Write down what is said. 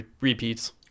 repeats